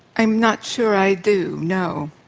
i'm not sure i do, no.